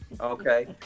Okay